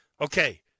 Okay